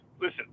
Listen